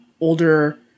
older